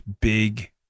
big